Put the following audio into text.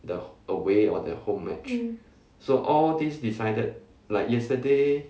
mm